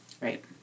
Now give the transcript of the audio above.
Right